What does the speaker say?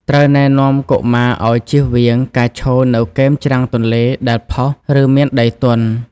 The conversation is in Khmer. ត្រូវណែនាំកុមារឱ្យ ជៀសវាង ការឈរនៅគែមច្រាំងទន្លេដែលផុស ឬមានដីទន់។